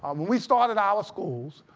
um when we started our schools,